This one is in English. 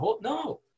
no